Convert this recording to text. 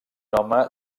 home